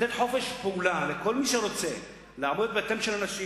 לתת חופש פעולה לכל מי שרוצה לעמוד ליד ביתם של אנשים,